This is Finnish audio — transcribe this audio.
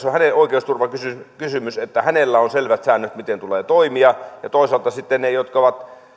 oikeusturvakysymys että hänellä on selvät säännöt miten tulee toimia ja toisaalta sitten nekin jotka ovat